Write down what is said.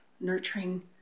nurturing